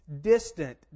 Distant